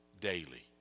Daily